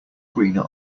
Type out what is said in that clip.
greener